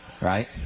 right